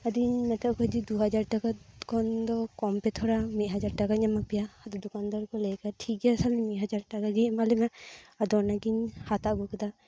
ᱟᱫᱚᱧ ᱢᱮᱛᱟᱫ ᱠᱚᱣᱟ ᱡᱮ ᱫᱩ ᱦᱟᱡᱟᱨ ᱴᱟᱠᱟ ᱠᱷᱚᱱᱫᱚ ᱠᱚᱢ ᱯᱮ ᱛᱷᱚᱲᱟ ᱢᱤᱫ ᱦᱟᱡᱟᱨ ᱴᱟᱠᱟᱧ ᱮᱢᱟᱯᱮᱭᱟ ᱟᱫᱚ ᱫᱚᱠᱟᱱ ᱫᱟᱨᱠᱩ ᱞᱟᱹᱭᱠᱮᱫᱟ ᱴᱷᱤᱠ ᱜᱮᱭᱟ ᱛᱟᱦᱚᱞᱮ ᱢᱤᱫ ᱦᱟᱡᱟᱨ ᱴᱟᱠᱟ ᱜᱮ ᱮᱢᱟᱞᱮᱢᱮ ᱟᱫᱚ ᱚᱱᱟᱜᱤᱧ ᱦᱟᱛᱟᱣ ᱟᱹᱜᱩ ᱠᱮᱫᱟ